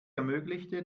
ermöglichte